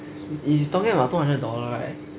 is you talking about two hundred dollar right